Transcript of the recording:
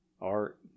art